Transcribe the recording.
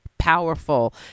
powerful